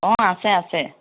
অঁ আছে আছে